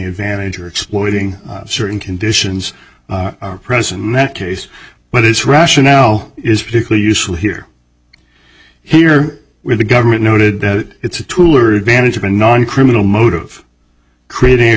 advantage or exploiting certain conditions are present in that case but it's rationale is particularly useful here here where the government noted that it's a tool or advantage of a non criminal motive creating a